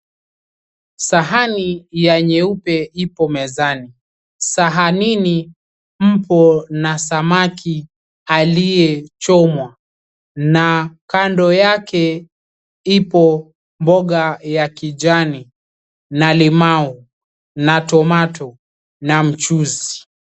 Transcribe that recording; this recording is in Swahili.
Sahani ya nyeupe ipo mezani. Sahanini mpo na samaki aliyechomwa na kando yake ipo mboga ya kijani na limau na tomato na mchuzi.